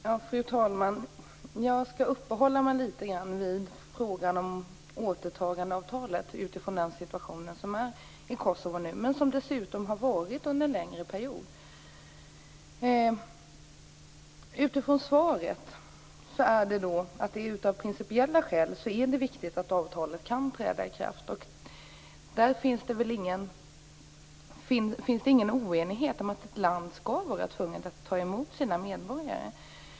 Fru talman! Jag skall uppehålla mig litet grand vid frågan om återtagandeavtalet utifrån den situation som råder i Kosovo just nu - och som dessutom har rått under en längre period. Enligt svaret är det av principiella skäl viktigt att avtalet kan träda i kraft. Där finns det väl ingen oenighet. Ett land skall vara tvunget att ta emot sina medborgare.